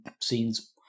scenes